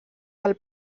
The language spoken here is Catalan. del